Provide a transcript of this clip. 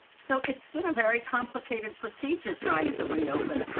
so it's been a very complicated procedure, trying to reopen,